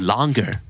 Longer